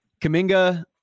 Kaminga